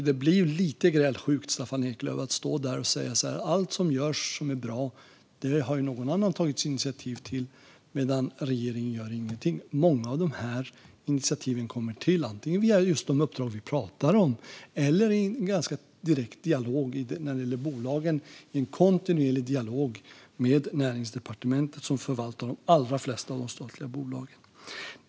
Det blir lite grälsjukt, Staffan Eklöf, att stå där och säga att allt bra som görs har någon annan tagit initiativ till medan regeringen inte gör någonting. Många av de här initiativen kommer till antingen via just de uppdrag som vi pratar om eller, när det gäller bolagen, i ganska direkt och kontinuerlig dialog med Näringsdepartementet, som förvaltar de allra flesta av de statliga bolagen.